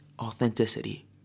authenticity